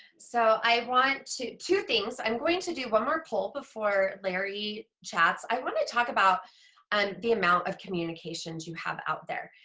so i want. two two things, i'm going to do one more poll before larry chats. i want to talk about and the amount of communications you have out there.